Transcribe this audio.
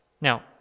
now